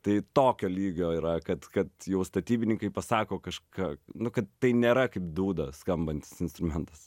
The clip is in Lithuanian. tai tokio lygio yra kad kad jau statybininkai pasako kažką nu kad tai nėra kaip dūda skambantis instrumentas